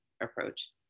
approach